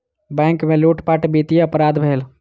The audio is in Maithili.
बैंक में लूटपाट वित्तीय अपराध भेल